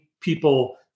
people